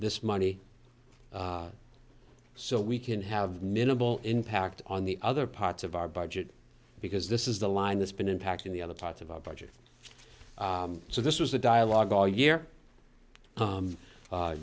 this money so we can have minimal impact on the other parts of our budget because this is the line that's been impacting the other parts of our budget so this was a dialogue all year